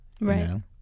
Right